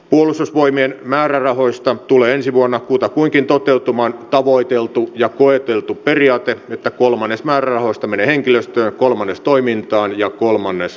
puolustusvoimien määrärahoista tulee ensi vuonna kutakuinkin toteutumaan tavoiteltu ja koeteltu periaate että kolmannes määrärahoista menee henkilöstöön kolmannes toimintaan ja kolmannes materiaaliin